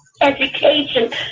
Education